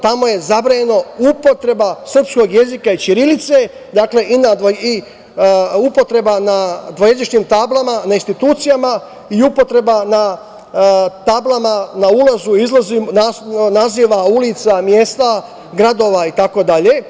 Tamo je zabranjena upotreba srpskog jezika i ćirilice, dakle, upotreba na dvojezičnim tablama na institucijama i upotreba na tablama na ulazu i izlazu naziva ulica, mesta, gradova itd.